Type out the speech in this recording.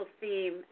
theme